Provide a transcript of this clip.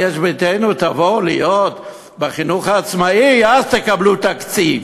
תבואו להיות בחינוך העצמאי, ואז תקבלו תקציב.